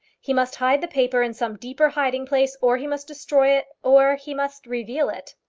he must hide the paper in some deeper hiding place, or he must destroy it, or he must reveal it.